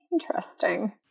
Interesting